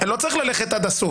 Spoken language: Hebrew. לא צריך ללכת עד הסוף.